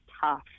tough